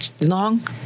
long